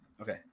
Okay